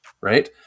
right